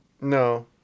No